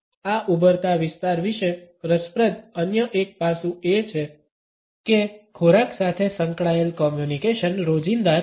આ ઉભરતા વિસ્તાર વિશે રસપ્રદ અન્ય એક પાસું એ છે કે ખોરાક સાથે સંકળાયેલ કોમ્યુનિકેશન રોજિંદા છે